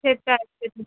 সেটাই সেটা